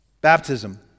baptism